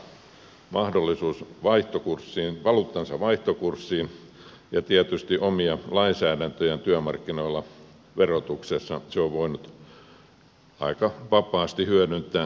sillä on vapaa mahdollisuus valuuttansa vaihtokurssiin ja tietysti omia lainsäädäntöjään työmarkkinoilla verotuksessa se on voinut aika vapaasti hyödyntää yllätys yllätys